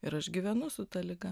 ir aš gyvenu su ta liga